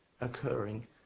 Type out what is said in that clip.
occurring